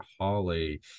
holly